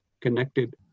connected